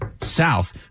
south